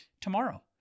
tomorrow